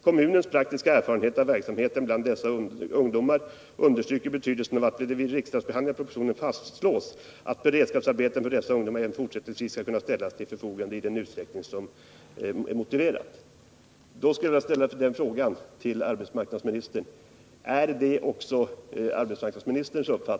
Kommunens praktiska erfarenheter av verksamheten bland dessa ungdomar understryker betydelsen av att det vid riksdagsbehandlingen av propositionen fastslås att beredskapsarbeten för dessa grupper även fortsättningsvis skall kunna ställas till förfogande i all den utsträckning som det är sakligt motiverat.”